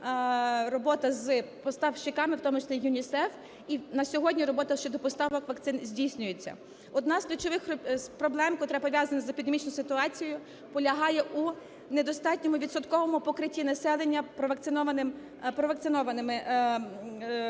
робота з поставщиками, в тому числі ЮНІСЕФ. І на сьогодні робота щодо поставок вакцин здійснюється. Одна з ключових проблем, котра пов'язана з епідемічною ситуацією, полягає у недостатньому відсотковому покриттю населення провакцинованими дітьми,